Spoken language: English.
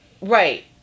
Right